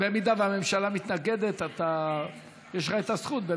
אם הממשלה מתנגדת יש לך הזכות.